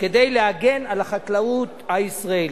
כדי להגן על החקלאות הישראלית.